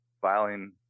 filing